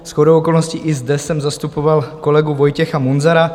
Shodou okolností i zde jsem zastupoval kolegu Vojtěcha Munzara.